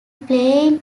playing